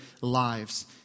lives